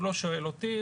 הוא לא שואל אותי,